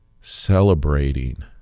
Celebrating